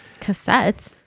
Cassettes